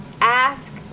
ask